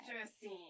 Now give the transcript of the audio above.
Interesting